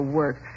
work